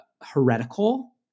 heretical